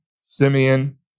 Simeon